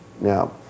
now